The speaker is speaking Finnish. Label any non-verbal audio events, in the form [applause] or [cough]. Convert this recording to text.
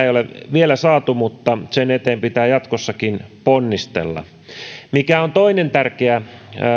[unintelligible] ei ole vielä saatu mutta sen eteen pitää jatkossakin ponnistella se mikä on toinen tärkeä